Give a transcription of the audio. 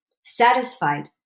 satisfied